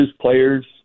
players